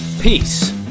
Peace